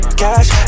cash